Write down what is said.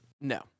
No